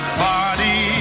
party